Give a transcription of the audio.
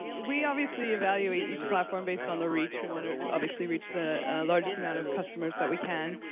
and we obviously evaluate each platform based on the reach. we want to obviously reach the largest amount of customers that we can.